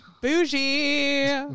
Bougie